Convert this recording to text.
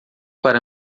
para